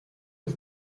his